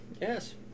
yes